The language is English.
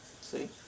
See